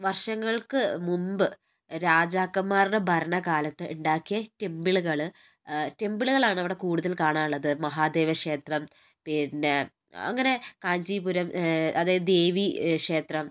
വർഷങ്ങൾക്ക് മുമ്പ് രാജാക്കന്മാരുടെ ഭരണകാലത്ത് ഉണ്ടാക്കിയ ടെംപിളുകൾ ടെംപിളുകൾ ആണ് അവിടെ കൂടുതൽ കാണാനുള്ളത് മഹാദേവ ക്ഷേത്രം പിന്നെ അങ്ങനെ കാഞ്ചിപുരം അതായത് ദേവി ക്ഷേത്രം